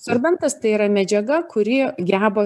sorbentas tai yra medžiaga kuri geba